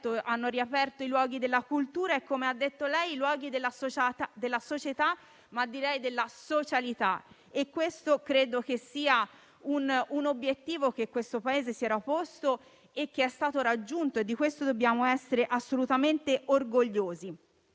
hanno riaperto i luoghi della cultura e, come ha detto lei, i luoghi della società, ma direi della socialità. Credo che ciò sia un obiettivo che il Paese si era posto e che è stato raggiunto e di questo dobbiamo essere assolutamente orgogliosi.